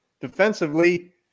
defensively